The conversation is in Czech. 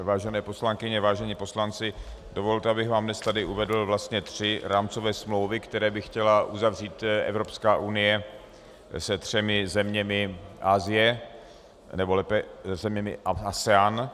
Vážené poslankyně, vážení poslanci, dovolte, abych vám dnes tady uvedl vlastně tři rámcové smlouvy, které by chtěla uzavřít Evropská unie se třemi zeměmi Asie, nebo lépe zeměmi ASEANu.